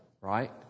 right